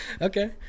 okay